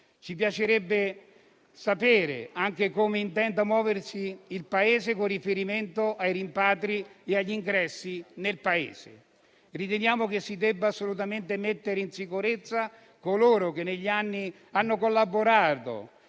ci piacerebbe sapere come intenda muoversi il Paese con riferimento ai rimpatri e agli ingressi in Italia. Riteniamo che si debbano assolutamente mettere in sicurezza coloro che negli anni hanno collaborato